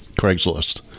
Craigslist